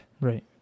Right